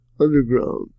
underground